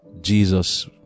Jesus